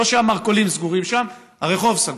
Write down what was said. לא שהמרכולים סגורים שם, הרחוב סגור,